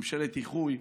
ממשלת איחוי.